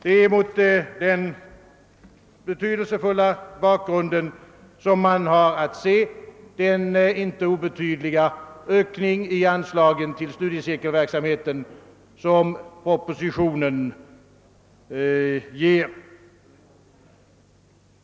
Det är mot den betydelsefulla bakgrunden som man har att se den inte obetydliga ökning av anslagen till studiecirkelverksamheten som propositionen föreslår.